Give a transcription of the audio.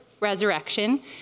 resurrection